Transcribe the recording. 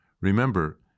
Remember